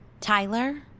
Tyler